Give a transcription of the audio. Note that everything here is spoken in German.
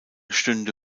stünde